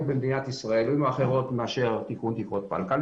במדינת ישראל היו אחרות מאשר תיקון תקרות פלקל.